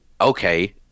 Okay